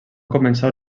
començar